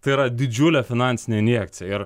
tai yra didžiulė finansinė injekcija ir